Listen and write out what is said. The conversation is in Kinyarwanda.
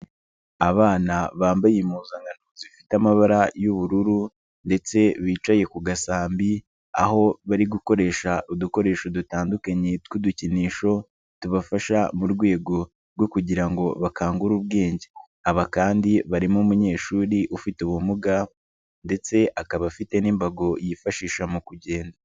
Abana bambaye impuzankano zifite amabara y'ubururu ndetse bicaye ku gasambi aho bari gukoresha udukoresho dutandukanye tw'udukinisho, tubafasha mu rwego rwo kugira ngo bakangure ubwenge. Aba kandi barimo umunyeshuri ufite ubumuga ndetse akaba afite n'imbago yifashisha mu kugenda.